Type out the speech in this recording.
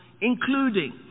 including